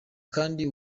kandi